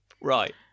Right